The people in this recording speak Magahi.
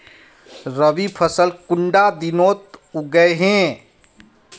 रवि फसल कुंडा दिनोत उगैहे?